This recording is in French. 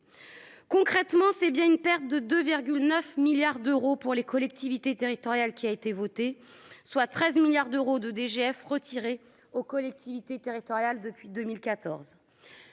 concrètement, c'est bien une perte de 2 9 milliards d'euros pour les collectivités territoriales qui a été votée, soit 13 milliards d'euros de DGF retirer aux collectivités territoriales, depuis 2014